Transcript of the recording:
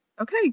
okay